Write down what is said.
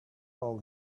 all